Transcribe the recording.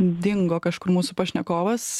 dingo kažkur mūsų pašnekovas